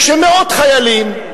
כשמאות חיילים,